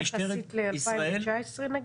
יחסית ל-2019?